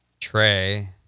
trey